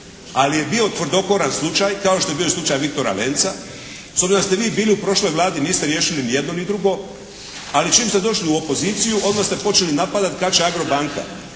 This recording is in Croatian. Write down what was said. Ali je bio tvrdokoran slučaj kao što je bio slučaj "Viktora Lenca". S obzirom da ste vi bili u prošloj Vladi, niste riješili ni jedno ni drugo. Ali čim ste došli u opoziciju odmah ste počeli napadati kad će "Agrobanka".